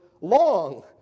long